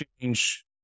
change